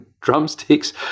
drumsticks